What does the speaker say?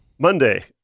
Monday